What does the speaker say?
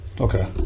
okay